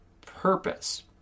purpose